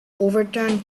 overturned